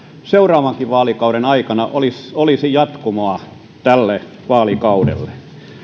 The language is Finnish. seuraavankin vaalikauden aikana olisi olisi jatkumoa tälle vaalikaudelle